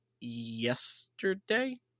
yesterday